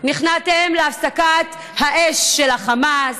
לחמאס, נכנעתם להפסקת האש של חמאס.